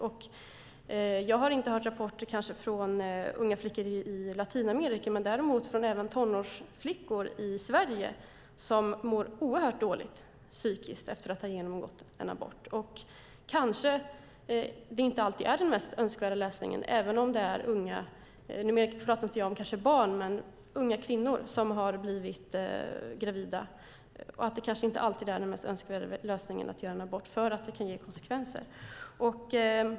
Jag har kanske inte hört rapporter från unga flickor i Latinamerika men däremot från tonårsflickor i Sverige som mår oerhört dåligt psykiskt efter att ha genomgått en abort. Det är kanske inte alltid den mest önskvärda lösningen. Nu pratar jag inte om barn men om unga kvinnor som har blivit gravida. Det kanske inte alltid är den mest önskvärda lösningen att göra en abort, för det kan ge konsekvenser.